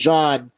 John